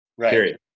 period